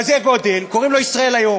כזה גודל, קוראים לו "ישראל היום".